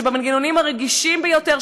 שבמנגנונים הרגישים ביותר,